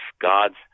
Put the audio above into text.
God's